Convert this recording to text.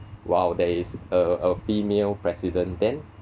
while there is a a female president then